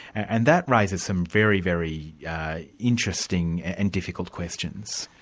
and that raises some very, very yeah interesting and difficult questions.